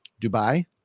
Dubai